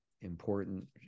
important